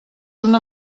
una